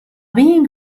being